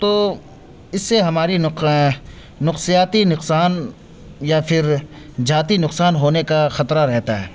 تو اس سے ہماری نقصیاتی نقصان یا پھر ذاتی نقصان ہونے کا خطرہ رہتا ہے